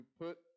put